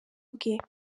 bwe